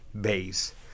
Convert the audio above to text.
base